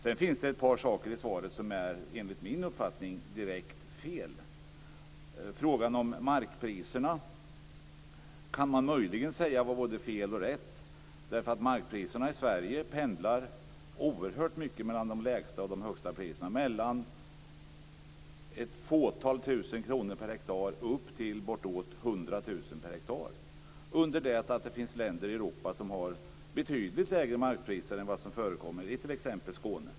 Sedan finns det ett par saker i svaret som enligt min uppfattning är direkt felaktiga. Detta med markpriserna kan man möjligen säga är både fel och rätt. När det gäller markpriserna i Sverige pendlar det oerhört mycket mellan de lägsta och de högsta priserna, mellan ett fåtal tusen kronor per hektar och bortemot 100 000 kr per hektar; detta samtidigt som det finns länder i Europa som har betydligt lägre markpriser än de priser som förekommer t.ex. i Skåne.